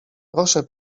proszę